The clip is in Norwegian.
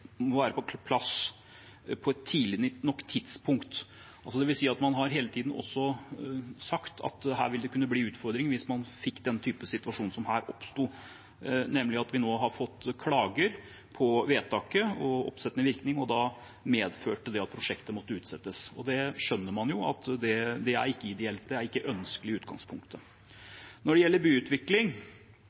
må være på plass på et tidlig nok tidspunkt. Man har hele tiden også sagt at her vil det kunne bli en utfordring hvis man fikk den type situasjon som her oppsto, nemlig at vi nå har fått klager på vedtaket og oppsettende virkning, og da medførte det at prosjektet måtte utsettes. Man skjønner jo at det ikke er ideelt, at det ikke er ønskelig i utgangspunktet. Når det gjelder byutvikling,